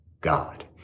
God